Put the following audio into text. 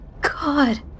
god